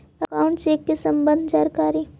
Account check के सम्बन्ध जानकारी?